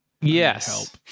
Yes